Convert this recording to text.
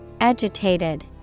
Agitated